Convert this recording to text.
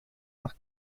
nach